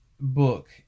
book